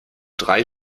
drei